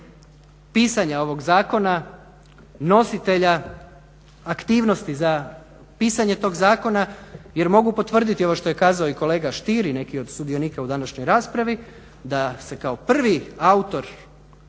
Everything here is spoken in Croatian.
pisanja ovog zakona, nositelja aktivnosti za pisanje tog zakona jer mogu potvrditi ovo što je kazao i kolega Stier i neki od sudionika u današnjoj raspravi da se kao prvi autor